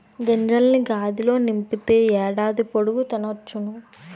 గింజల్ని గాదిలో నింపితే ఏడాది పొడుగు తినొచ్చును